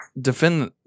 defend